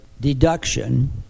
deduction